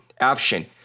option